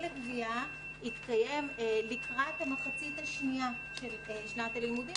לקראת המחצית השנייה של שנת הלימודים,